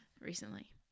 recently